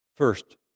First